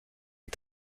die